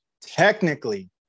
Technically